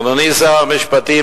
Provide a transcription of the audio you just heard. אדוני שר המשפטים,